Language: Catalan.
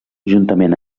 juntament